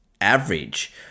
average